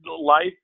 life